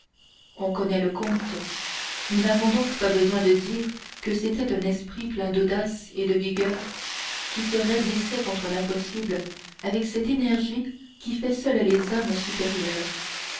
on connaît le comte nous n'avons donc pas besoin de dire que c'était un esprit plein d'audace et de vigueur qui se raidissait contre l'impossible avec cette énergie qui fait seule les hommes supérieurs